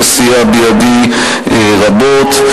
שסייע בידי רבות,